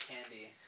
candy